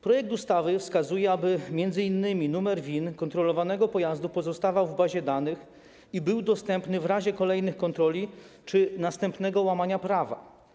Projekt ustawy wskazuje, aby m.in. numer VIN kontrolowanego pojazdu pozostawał w bazie danych i był dostępny w razie kolejnych kontroli czy następnego łamania prawa.